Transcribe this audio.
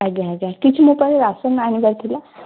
ଆଜ୍ଞା ଆଜ୍ଞା କିଛି ମୋ ପାଇଁ ରାସନ୍ ଆଣିବାର ଥିଲା